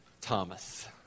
Thomas